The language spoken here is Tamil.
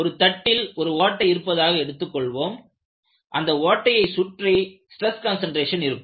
ஒரு தட்டில் ஒரு ஓட்டை இருப்பதாக எடுத்துக்கொள்வோம் அதில் அந்த ஓட்டையை சுற்றி ஸ்டிரஸ் கான்சன்ட்ரேசன் இருக்கும்